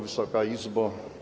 Wysoka Izbo!